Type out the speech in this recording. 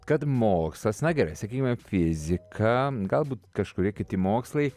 kad mokslas na gerai sakykime fizika galbūt kažkurie kiti mokslai